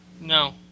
No